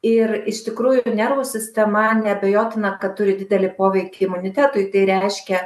ir iš tikrųjų nervų sistema neabejotina kad turi didelį poveikį imunitetui tai reiškia